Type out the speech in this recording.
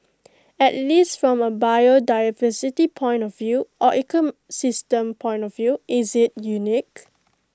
at least from A biodiversity point of view or ecosystem point of view is IT unique